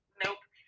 nope